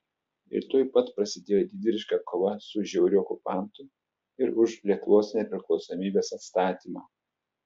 ir tuoj pat prasidėjo didvyriška kova su žiauriu okupantu ir už lietuvos nepriklausomybės atstatymą